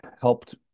helped